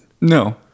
No